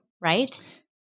right